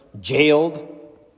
jailed